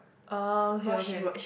oh okay okay